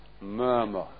Murmur